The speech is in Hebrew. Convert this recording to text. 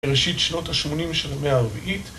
בראשית שנות ה-80 של המאה ה-4